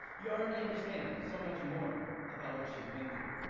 you already understand so much more about what she's been through.